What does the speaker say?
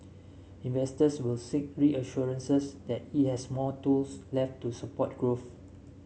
investors will seek reassurances that it has more tools left to support growth